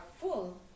full